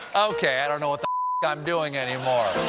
okay, i don't know what the i'm doing anymore.